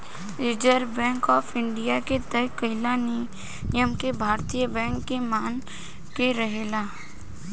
reserve bank of India के तय कईल नियम के भारतीय बैंक के माने के रहेला